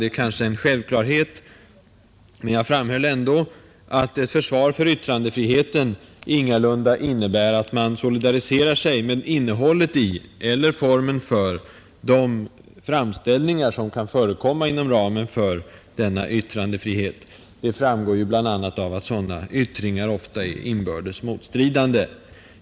Det kanske är en självklarhet, men jag framhöll ändå att detta försvar för yttrandefriheten ingalunda innebär att man solidariserar sig med innehållet i eller formen för de framställningar som kan förekomma inom ramen för denna yttrandefrihet. Det framgår ju bl.a. av att sådana yttringar ofta är inbördes motstridande.